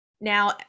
Now